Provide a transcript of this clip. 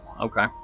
Okay